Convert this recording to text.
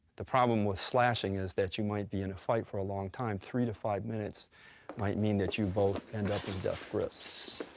the problem with slashing is that you might be in a fight for a long time. three to five minutes might mean that you both end up in death grips.